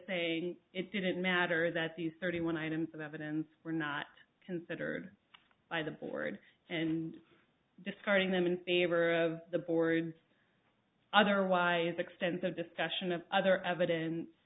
a it didn't matter that these thirty one items of evidence were not considered by the board and discarding them in favor of the board's otherwise extensive discussion of other evidence